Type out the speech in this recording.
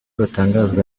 bitangazwa